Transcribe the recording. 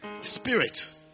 Spirit